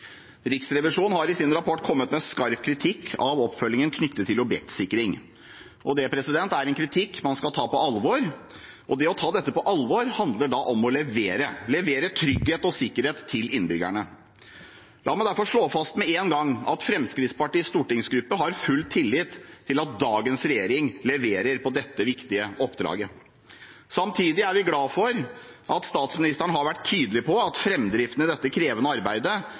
Riksrevisjonen har i sin rapport kommet med skarp kritikk av oppfølgingen knyttet til objektsikring. Det er en kritikk man skal ta på alvor. Og det å ta dette på alvor handler om å levere – levere trygghet og sikkerhet til innbyggerne. La meg derfor slå fast med én gang at Fremskrittspartiets stortingsgruppe har full tillit til at dagens regjering leverer på dette viktige oppdraget. Samtidig er vi glade for at statsministeren har vært tydelig på at framdriften i dette krevende arbeidet